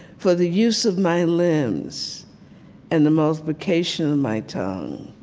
for the use of my limbs and the multiplication of my tongue.